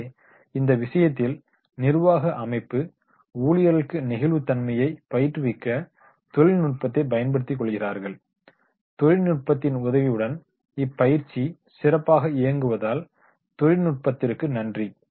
எனவே இந்த விஷயத்தில் நிர்வாக அமைப்பு ஊழியர்களுக்கு நெகிழ்வுத் தன்மையை பயிற்றுவிக்க தொழில்நுட்பத்தை பயன்படுத்திக் கொள்கிறார்கள் தொழில்நுட்பத்தின் உதவியுடன் இப்பயிற்சி சிறப்பாக இயங்குவதால் தொழில்நுட்பத்திற்கு நன்றி